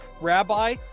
rabbi